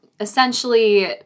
essentially